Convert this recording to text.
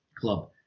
Club